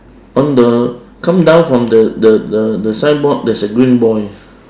on the come down from the the the the signboard there's a green boy